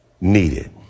needed